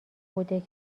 بوده